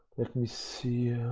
let me see